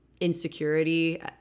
insecurity